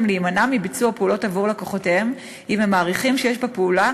להימנע מביצוע פעולות עבור לקוחותיהם אם הם מעריכים שיש בפעולה